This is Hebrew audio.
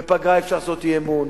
בפגרה אי-אפשר לעשות אי-אמון,